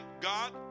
God